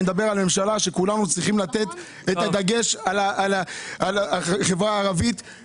אני מדבר על ממשלה שבה כולנו צריכים לתת את הדגש על החברה הערבית,